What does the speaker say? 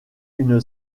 une